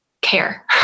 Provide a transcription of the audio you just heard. care